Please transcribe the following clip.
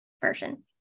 version